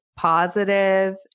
positive